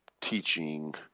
teaching